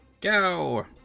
Go